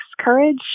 courage